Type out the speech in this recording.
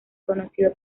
conocido